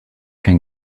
can